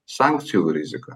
sankcijų riziką